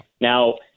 Now